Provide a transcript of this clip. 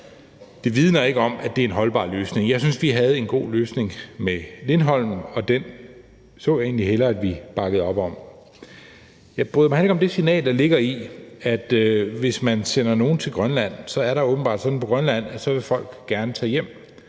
Det vidner ikke om, at det er en holdbar løsning. Jeg synes, at vi havde en god løsning med Lindholm, og den så jeg egentlig hellere vi bakkede op om. Jeg bryder mig heller ikke om det signal, der ligger i, at hvis man sender nogle til Grønland, er der åbenbart sådan på Grønland, at folk gerne vil tage hjem,